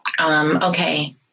Okay